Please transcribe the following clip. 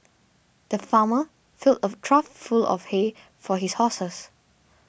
the farmer filled a trough full of hay for his horses